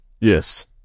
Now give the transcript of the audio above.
Yes